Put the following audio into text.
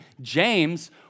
James